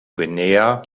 guinea